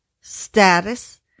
status